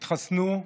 התחסנו,